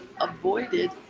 avoided